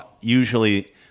usually